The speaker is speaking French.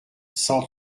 cent